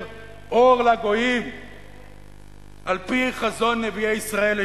אור לגויים על-פי חזון נביאי ישראל,